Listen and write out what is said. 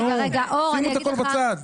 שימו הכול בצד.